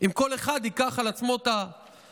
אם כל אחד ייקח על עצמו את האחריות